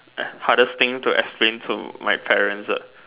uh hardest thing to explain to my parents ah